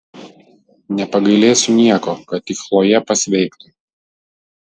nepagailėsiu nieko kad tik chlojė pasveiktų